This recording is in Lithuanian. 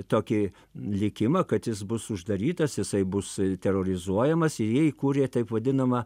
tokį likimą kad jis bus uždarytas jisai bus terorizuojamas ir jie įkūrė taip vadinamą